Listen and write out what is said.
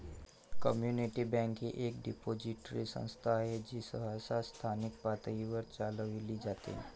community bank ही एक depository संस्था आहे जी सहसा स्थानिक पातळीवर चालविली जाते